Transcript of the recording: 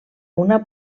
una